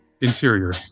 Interior